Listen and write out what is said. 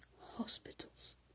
hospitals